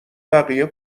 بقیه